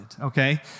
Okay